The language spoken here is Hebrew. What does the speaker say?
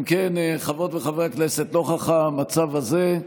אם כן, חברות וחברי הכנסת, נוכח המצב הזה,